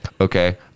Okay